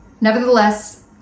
Nevertheless